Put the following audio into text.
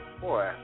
boy